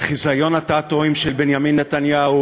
חזיון התעתועים של בנימין נתניהו